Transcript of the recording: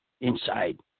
inside